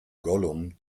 gollum